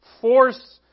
force